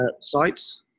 sites